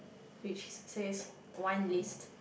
which says wine list